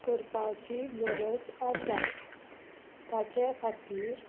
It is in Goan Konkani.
करपाची गरज आसा ताचे खातीर